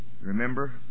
Remember